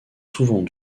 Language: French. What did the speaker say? souvent